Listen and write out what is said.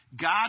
God